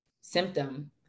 symptom